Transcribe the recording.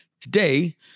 Today